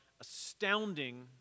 astounding